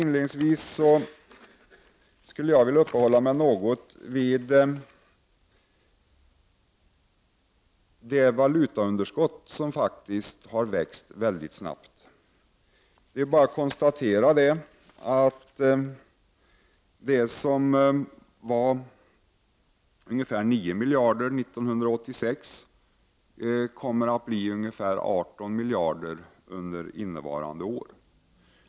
Inledningsvis skulle jag vilja uppehålla mig något vid det valutaunderskott som faktiskt har växt mycket snabbt. Det är bara att konstatera att det som var ungefär 9 miljarder 1986 kommer att bli ungefär 18 miljarder under innevarande år.